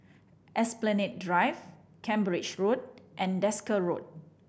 Esplanade Drive Cambridge Road and Desker Road